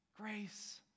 Grace